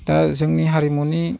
दा जोंनि हारिमुनि